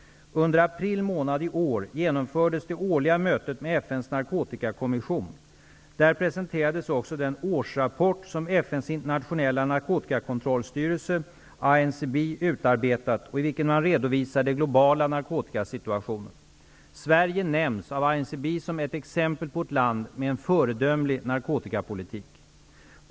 Under april månad i år genomfördes det årliga mötet med FN:s narkotikakommission. Där presenterades också den årsrapport som FN:s internationella narkotikakontrollstyrelse, INCB, utarbetat och i vilken man redovisar den globala narkotikasituationen. Sverige nämns av INCB som ett exempel på ett land med en föredömlig narkotikapolitik.